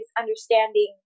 understanding